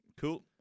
Cool